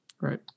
Right